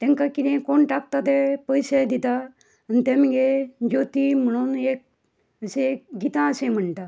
तांकां कितें कोण टाकता ते पयशे दिता आनी ते मगे ज्योती म्हणून एक अशे गितां शे म्हणटा